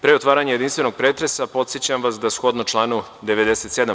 Pre otvaranja jedinstvenog pretresa, podsećam vas da, shodno članu 97.